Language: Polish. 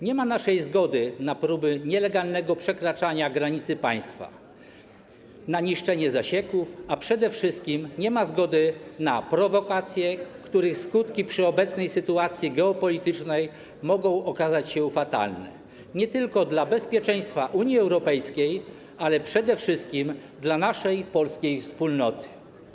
Nie ma naszej zgody na próby nielegalnego przekraczania granicy państwa, na niszczenie zasieków, a przede wszystkim nie ma zgody na prowokacje, których skutki w obecnej sytuacji geopolitycznej mogą okazać się fatalne nie tylko dla bezpieczeństwa Unii Europejskiej, ale przede wszystkim dla naszej polskiej wspólnoty.